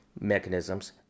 mechanisms